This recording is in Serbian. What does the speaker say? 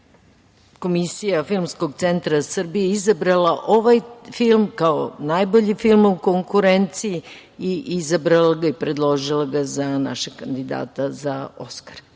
Komisija Filmskog centra Srbije, izabrala je ovaj film kao najbolji film u konkurenciji i izabrala ga je i predložila za našeg kandidata za oskara.